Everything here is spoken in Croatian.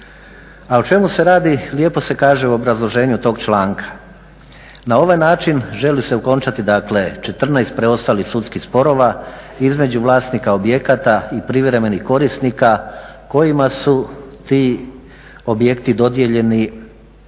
A o čemu se radi lijepo se kaže u obrazloženju tog članka. Na ovaj način želi se okončati dakle 14 preostalih sudskih sporova između vlasnika objekata i privremenih korisnika kojima su ti objekti dodijeljeni